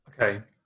Okay